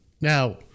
now